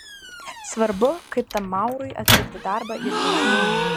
svarbu kaip tam maurui atlikti darbą ir dingti